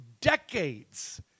decades